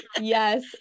Yes